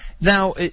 Now